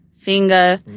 finger